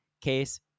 Case